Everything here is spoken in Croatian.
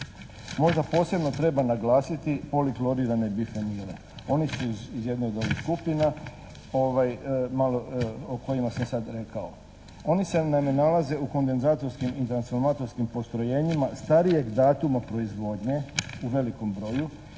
možda posebno treba naglasiti poliklorirane bifenile. Oni su iz jedne od ovih skupina o kojima sam sad rekao. Oni se naime nalaze u kondenzatorskim i transformatorskim postrojenjima starijeg datuma proizvodnje u velikom broju